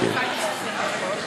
עוד לא הגעת להפטרה, יש לך מפטיר.